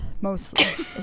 mostly